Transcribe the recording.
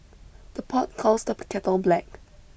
the pot calls the kettle black